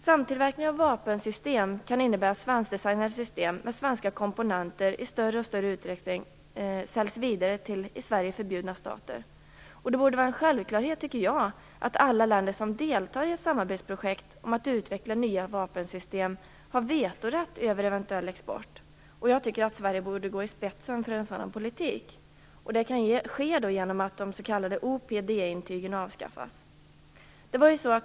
Samtillverkning av vapensystem kan innebära att svenskdesignade system med svenska komponenter i större och större utsträckning säljs vidare till i Sverige förbjudna stater. Jag tycker att det borde vara en självklarhet att alla länder som deltar i ett samarbetsprojekt om att utveckla nya vapensystem har vetorätt över eventuell export. Jag tycker att Sverige borde gå i spetsen för en sådan politik. Det kan ske genom att de s.k. OPD avskaffas.